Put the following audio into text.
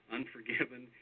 Unforgiven